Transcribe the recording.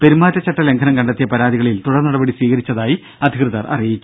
പെരുമാറ്റച്ചട്ട ലംഘനം കണ്ടെത്തിയ പരാതികളിൽ തുടർ നടപടി സ്വീകരിച്ചതായി അധികൃതർ അറിയിച്ചു